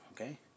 okay